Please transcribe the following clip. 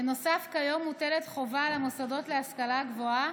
בנוסף, כיום מוטלת חובה על המוסדות להשכלה גבוהה